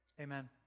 Amen